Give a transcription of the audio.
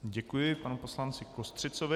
Děkuji panu poslanci Kostřicovi.